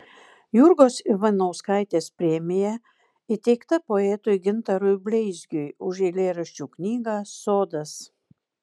jurgos ivanauskaitės premija įteikta poetui gintarui bleizgiui už eilėraščių knygą sodas